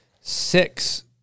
Six